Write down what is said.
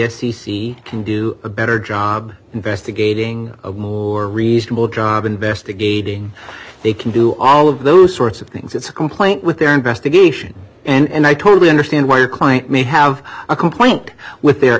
c can do a better job investigating or reasonable job investigating they can do all of those sorts of things it's a complaint with their investigation and i totally understand why your client may have a complaint with their